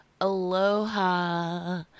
Aloha